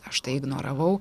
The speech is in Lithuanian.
aš tai ignoravau